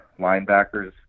linebackers